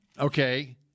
okay